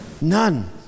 None